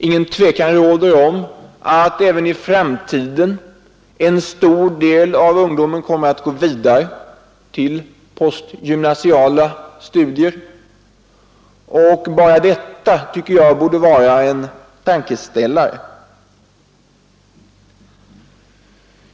Ingen tvekan råder om att även i framtiden en stor del av ungdomen kommer att gå vidare till postgymnasiala studier, och bara detta tycker jag borde vara en tankeställare.